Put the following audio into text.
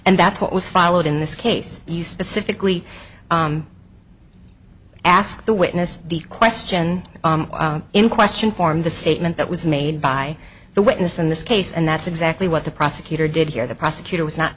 and that's what was followed in this case you specifically ask the witness the question in question form the statement that was made by the witness in this case and that's exactly what the process did hear the prosecutor was not